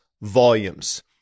volumes